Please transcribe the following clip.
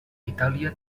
itàlia